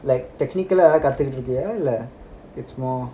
like technical ஆக கத்துக்கிட்டு இருக்கியா இல்ல:aga kathukitu irukiya illa it's more